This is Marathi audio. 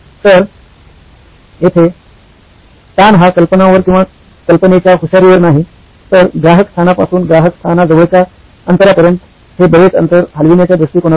तर येथे ताण हा कल्पनांवर किंवा कल्पनेच्या हुशारीवर नाही तर ग्राहक स्थानापासून ग्राहक स्थाना जवळच्या अंतरापर्यंत हे बरेच अंतर हलविण्याच्या दृष्टीकोनातून आहे